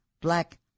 black